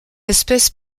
espèce